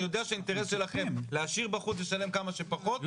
אני יודע שהאינטרס שלכם הוא להשאיר בחוץ ולשלם כמה שפחות,